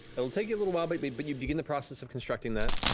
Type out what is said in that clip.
it'll take you a little while, but but but you begin the process of constructing that.